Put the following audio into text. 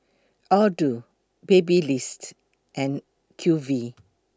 Aldo Babyliss and Q V